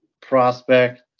prospect